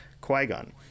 Qui-Gon